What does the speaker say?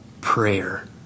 prayer